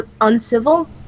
uncivil